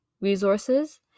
resources